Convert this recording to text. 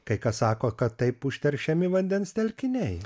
kai kas sako kad taip užteršiami vandens telkiniai